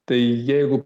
tai jeigu